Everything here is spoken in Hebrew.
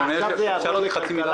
אדוני, אני יודע שלא תלוי בך,